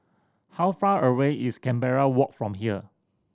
how far away is Canberra Walk from here